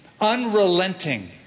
unrelenting